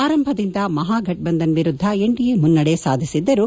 ಆರಂಭದಿಂದ ಮಹಾಘಟುಂಧನ್ ವಿರುದ್ದ ಎನ್ಡಿಎ ಮುನ್ನಡೆ ಸಾಧಿಸಿದ್ದರೂ